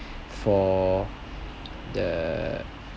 for the